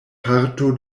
parto